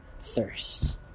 thirst